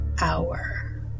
hour